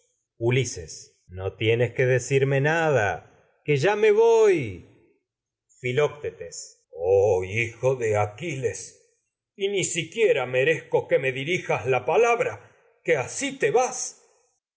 argivos no tienes que ulises decirme nada que ya me voy filoctetes oh hijo de aquiles que y ni siquiera merezco que me dirijas la palabra no asi te vas